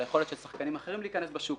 של היכולת של שחקנים אחרים להיכנס לשוק,